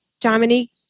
Dominique